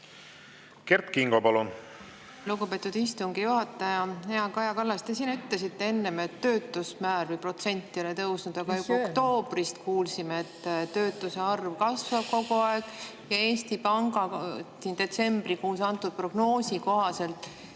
Kert Kingo, palun! Lugupeetud istungi juhataja! Hea Kaja Kallas! Te siin ütlesite enne, et töötuse määr või protsent ei ole tõusnud. Ei öelnud. Aga oktoobris kuulsime, et töötuse arv kasvab kogu aeg ja Eesti Panga detsembrikuu prognoosi kohaselt